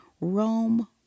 Rome